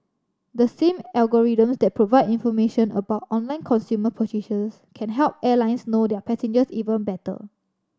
the same algorithms that provide information about online consumer purchases can help airlines know their passengers even better